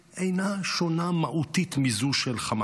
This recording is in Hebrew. אינה שונה מהותית מזו של חמאס.